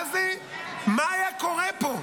מה היה קורה פה,